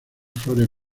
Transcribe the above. flores